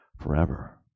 forever